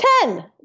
Ten